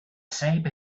same